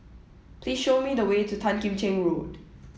please show me the way to Tan Kim Cheng Road